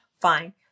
fine